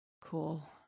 Cool